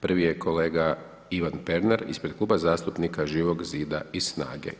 Prvi je kolega Ivan Pernar, ispred kluba zastupnika Živog zida i SNAGA-e.